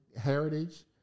heritage